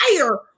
fire